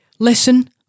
Listen